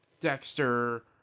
Dexter